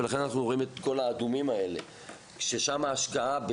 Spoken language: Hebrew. ושם ההשקעה,